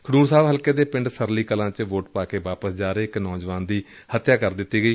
ਖਡੁਰ ਸਾਹਿਬ ਹਲਕੇ ਦੇ ਪਿੰਡ ਸਰਲੀ ਕਲਾ ਚ ਵੋਟ ਪਾ ਕੇ ਵਾਪਸ ਜਾ ਰਹੇ ਇਕ ਨੌਜਵਾਨ ਦੀ ਗੋਲੀ ਮਾਰ ਕੇ ਹਤਿਆ ਕਰ ਦਿੱਤੀ ਗਈ